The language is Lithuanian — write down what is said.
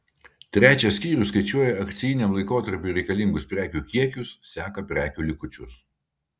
trečias skyrius skaičiuoja akcijiniam laikotarpiui reikalingus prekių kiekius seka prekių likučius